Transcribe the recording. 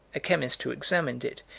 a chemist who examined it,